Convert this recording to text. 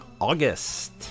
august